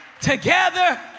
together